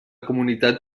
comunitat